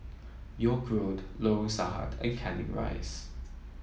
York Road Lorong Sahad and Canning Rise